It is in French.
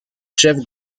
jeff